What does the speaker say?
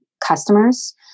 customers